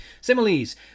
Similes